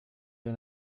der